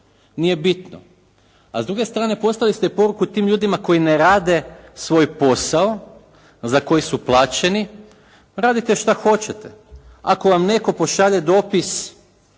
Nije bitno! A s druge strane poslali ste poruku tim ljudima koji ne rade svoj posao za koji su plaćeni radite što hoćete. Ako vam netko pošalje dopis